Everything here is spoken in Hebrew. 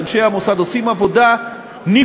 אנשי המוסד עושים עבודה נפלאה,